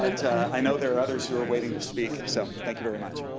and i know there's others who are waiting to speak, so thank you very much.